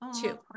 two